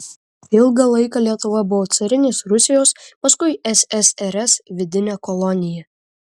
ilgą laiką lietuva buvo carinės rusijos paskui ssrs vidine kolonija